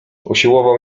usiłował